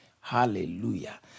Hallelujah